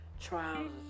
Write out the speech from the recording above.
trials